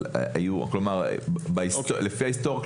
אבל לפי ההיסטוריה,